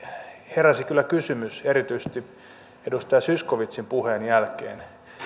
heräsi kyllä kysymys erityisesti edustaja zyskowiczin puheen jälkeen